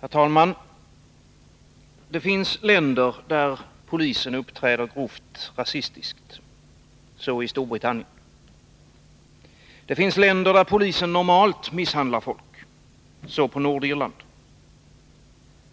Herr talman! Det finns länder där polisen uppträder grovt rasistiskt — så i Storbritannien. Det finns länder där polisen normalt misshandlar folk — så på Nordirland.